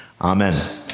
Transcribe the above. Amen